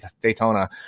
Daytona